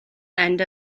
end